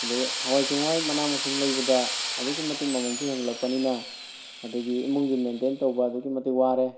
ꯑꯗꯩ ꯍꯋꯥꯏ ꯆꯦꯡꯋꯥꯏ ꯃꯅꯥ ꯃꯁꯤꯡ ꯂꯩꯕꯗ ꯑꯗꯨꯛꯀꯤ ꯃꯇꯤꯛ ꯃꯃꯟꯁꯤ ꯍꯦꯟꯒꯠꯂꯛꯄꯅꯤꯅ ꯑꯗꯒꯤ ꯏꯃꯨꯡꯒꯤ ꯃꯦꯟꯇꯦꯟ ꯇꯧꯕ ꯑꯗꯨꯛꯀꯤ ꯃꯇꯤꯛ ꯋꯥꯔꯦ